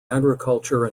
agriculture